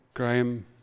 Graham